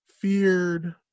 feared